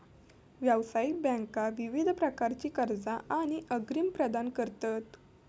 व्यावसायिक बँका विविध प्रकारची कर्जा आणि अग्रिम प्रदान करतत